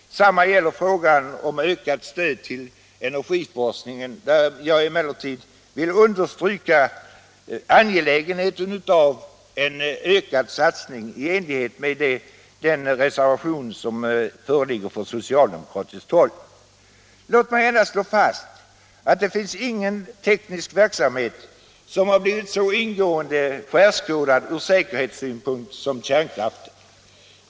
Detsamma gäller frågan om ökat stöd till energiforskningen, där jag emellertid vill understryka angelägenheten av ökad satsning i enlighet med den reservation som föreligger från socialdemokratiskt håll. Låt mig endast slå fast att ingen teknisk verksamhet har blivit så ingående skärskådad från säkerhetssynpunkt som kärnkraften.